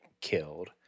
killed